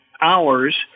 hours